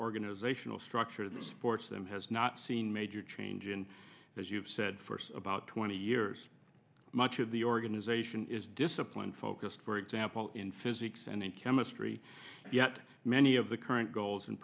organisational structure of the sports them has not seen major change and as you have said for about twenty years much of the organization is disciplined focused for example in physics and chemistry yet many of the current goals and